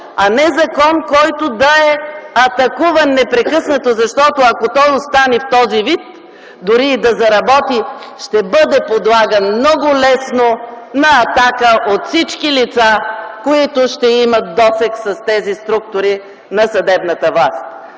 а не закон, който да е атакуван непрекъснато. Ако той остане в този вид, дори и да заработи, ще бъде подлаган много лесно на атака от всички лица, които ще имат досег с тези структури на съдебната власт.